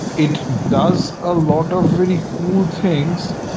it does a lot of very cool things,